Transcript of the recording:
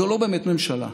זו לא באמת ממשלה.